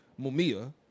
Mumia